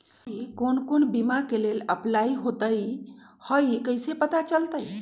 अभी कौन कौन बीमा के लेल अपलाइ होईत हई ई कईसे पता चलतई?